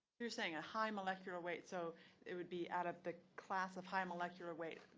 you're saying a high molecular weight, so it would be out of the class of high molecular weight.